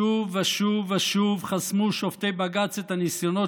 שוב ושוב ושוב חסמו שופטי בג"ץ את הניסיונות